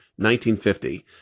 1950